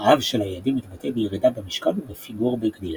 הרעב של הילדים התבטא בירידה במשקל ובפיגור בגדילה,